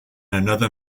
another